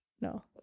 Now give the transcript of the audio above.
No